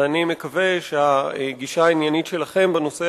ואני מקווה שהגישה העניינית שלכם בנושא